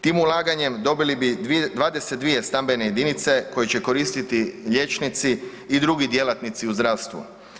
Tim ulaganjem dobili bi 22 stambene jedinice koje će koristiti liječnici i drugi djelatnici u zdravstvu.